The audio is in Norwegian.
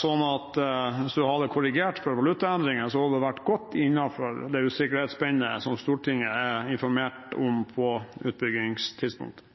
Så hvis en hadde korrigert for valutaendringer, hadde det vært godt innenfor det usikkerhetsspennet som Stortinget er informert om på utbyggingstidspunktet.